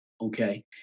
Okay